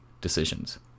decisions